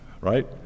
right